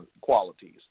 qualities